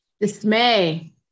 dismay